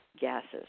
gases